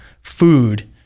food